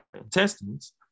intestines